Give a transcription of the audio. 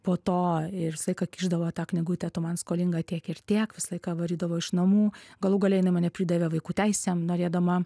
po to ir visą laiką kišdavo tą knygutę tu man skolinga tiek ir tiek visą laiką varydavo iš namų galų gale jinai mane pridavė vaikų teisėm norėdama